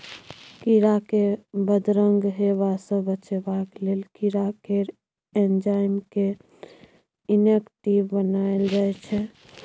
कीरा केँ बदरंग हेबा सँ बचेबाक लेल कीरा केर एंजाइम केँ इनेक्टिब बनाएल जाइ छै